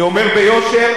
אני אומר ביושר,